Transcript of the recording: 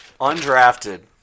Undrafted